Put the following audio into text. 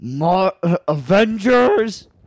Avengers